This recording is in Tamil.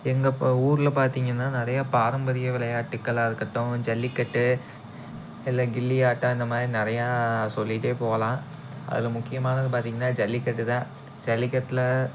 எங்கள் ப ஊரில் பார்த்தீங்கன்னா நிறைய பாரம்பரிய விளையாட்டுகளாக இருக்கட்டும் ஜல்லிக்கட்டு இல்லை கில்லி ஆட்டம் இந்தமாதிரி நிறையா சொல்லிகிட்டே போகலாம் அதில் முக்கியமானது பார்த்தீங்கன்னா ஜல்லிக்கட்டுதான் ஜல்லிக்கட்டில்